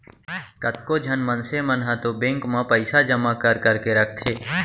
कतको झन मनसे मन ह तो बेंक म पइसा जमा कर करके रखथे